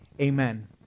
Amen